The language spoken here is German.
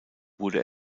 wurde